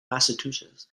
massachusetts